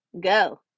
go